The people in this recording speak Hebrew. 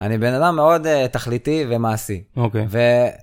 אני בן אדם מאוד תכליתי ומעשי. אוקיי.